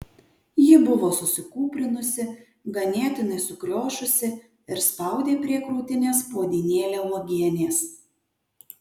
ji buvo susikūprinusi ganėtinai sukriošusi ir spaudė prie krūtinės puodynėlę uogienės